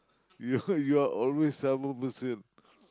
you heard you are always sabo person